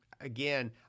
again